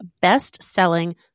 best-selling